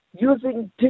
using